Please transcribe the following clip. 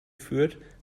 führt